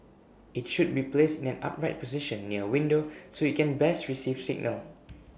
IT should be placed in an upright position near window so IT can best receive signal